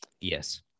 Yes